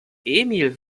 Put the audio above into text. emil